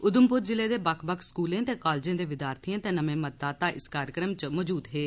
उधमपुर जिले दे बक्ख बक्ख स्कूलें ते कालेजें दे विद्यार्थी ते नमें मतदाताएं इस कार्यक्रम च मौजूद हे